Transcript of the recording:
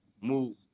move